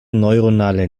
neuronale